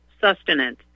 sustenance